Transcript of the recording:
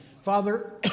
Father